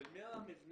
של מי המבנה?